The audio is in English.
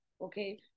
Okay